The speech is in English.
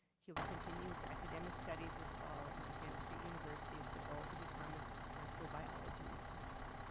he will continue his academic studies this fall at montana state university with the goal to become an astrobiology researcher.